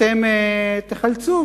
אתם תחלצו,